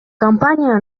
компания